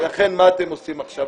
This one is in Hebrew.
ולכן, מה אתם עושים עכשיו?